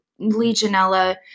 Legionella